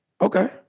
Okay